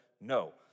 no